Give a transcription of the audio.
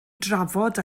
drafod